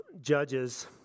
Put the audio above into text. Judges